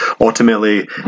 ultimately